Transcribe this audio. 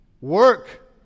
Work